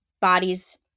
Bodies